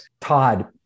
Todd